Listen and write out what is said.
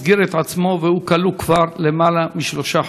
הסגיר את עצמו והוא כלוא כבר למעלה משלושה חודשים.